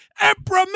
Emperor